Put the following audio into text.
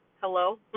Hello